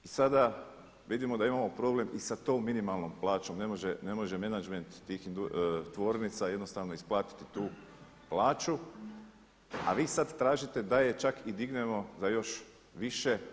I sada vidimo da imamo problem i sa tom minimalnom plaćom, ne može menadžment tih tvornica jednostavno isplatiti tu plaću, a vi sad tražite da je čak i dignemo za još više.